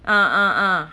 ah ah ah